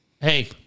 hey